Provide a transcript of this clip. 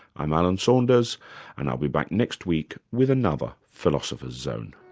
i'm alan saunders and i'll be back next week with another philosopher's zone